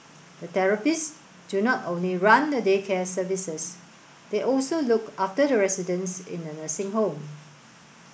the therapists do not only run the day care services they also look after the residents in the nursing home